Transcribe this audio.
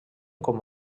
com